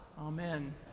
Amen